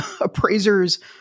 appraisers